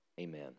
Amen